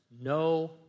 no